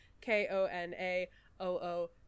K-O-N-A-O-O